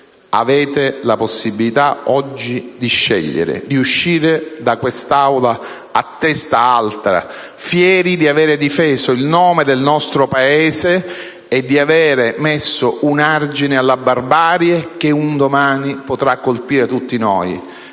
oggi la possibilità di scegliere, di uscire da quest'Aula a testa alta, fieri di aver difeso il nome del nostro Paese e di aver messo un argine alla barbarie che un domani potrà colpire tutti noi.